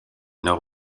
nord